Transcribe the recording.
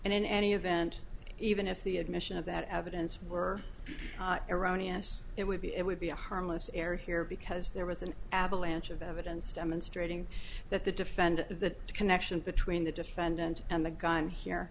in any event even if the admission of that evidence were erroneous it would be it would be a harmless error here because there was an avalanche of evidence demonstrating that the defend the connection between the defendant and the gun here